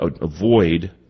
avoid